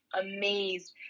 amazed